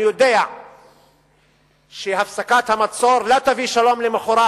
אני יודע שהפסקת המצור לא תביא שלום למחרת,